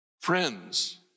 friends